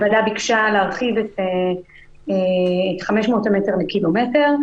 הוועדה ביקשה להרחיב את 500 המטר לקילומטר.